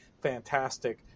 fantastic